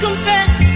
Confess